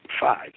five